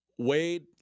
Wade